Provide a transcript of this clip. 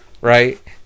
right